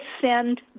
send